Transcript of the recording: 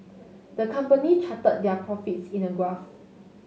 the company charted their profits in a graph